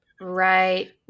Right